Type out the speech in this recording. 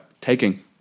taking